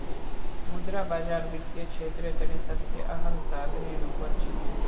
मुद्रा बाजार वित्तीय क्षेत्रेर तने सबसे अहम साधनेर रूपत छिके